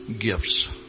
gifts